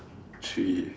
three